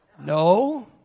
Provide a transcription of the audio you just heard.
No